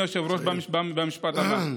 אני אסיים, אדוני היושב-ראש, במשפט הבא.